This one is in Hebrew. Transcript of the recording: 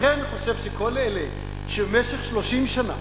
לכן אני חושב שכל אלה שבמשך 30 שנה